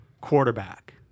quarterback